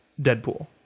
Deadpool